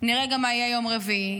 נראה גם מה יהיה ביום רביעי.